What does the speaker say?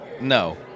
No